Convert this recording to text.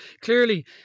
clearly